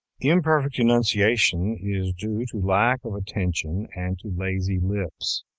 imperfect enunciation is due to lack of attention and to lazy lips.